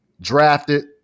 drafted